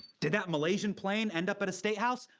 did that malaysian plane end up at a statehouse?